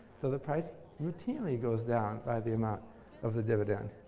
the the price routinely goes down by the amount of the dividend.